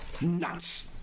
Nuts